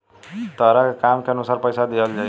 तहरा के काम के अनुसार पइसा दिहल जाइ